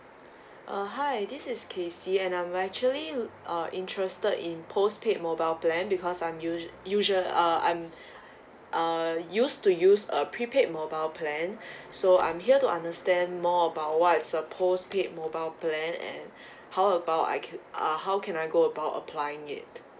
uh hi this is casey and I'm actually uh interested in postpaid mobile plan because I'm usual usual uh I'm uh used to use a prepaid mobile plan so I'm here to understand more about what's the postpaid mobile plan and how about I can uh how can I go about applying it